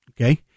Okay